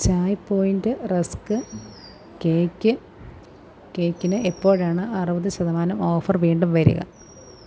Chai point rusk cake കേക്കിന് എപ്പോഴാണ് അറുപത് ശതമാനം ഓഫർ വീണ്ടും വരിക